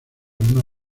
una